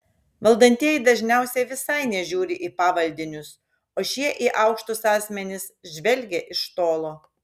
valdantieji dažniausiai visai nežiūri į pavaldinius o šie į aukštus asmenis žvelgia iš tolo